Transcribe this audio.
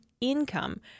income